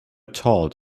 told